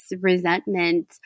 resentment